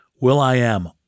Will.i.am